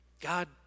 God